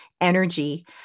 energy